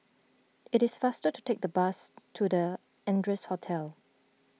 it is faster to take the bus to the Ardennes Hotel